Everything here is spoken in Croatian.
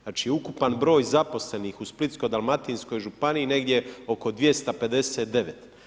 Znači ukupan broj zaposlenih u Splitsko-dalmatinskoj županiji je negdje oko 259.